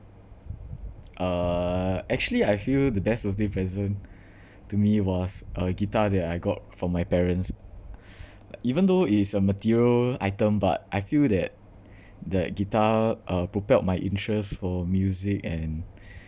uh actually I feel the best birthday present to me was a guitar that I got from my parents even though it is a material item but I feel that that guitar uh propelled my interest for music and